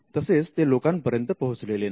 तसेच ते लोकांपर्यंत पोहोचलेले नाही